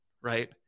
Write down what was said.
Right